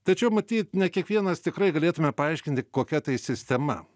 tačiau matyt ne kiekvienas tikrai galėtume paaiškinti kokia tai sistema